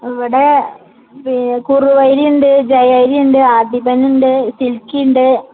ഇവിടെ കുറുവയരിയുണ്ട് ജയ അരിയുണ്ട് ആധിപനുണ്ട് സിൽക്കിയുണ്ട്